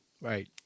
Right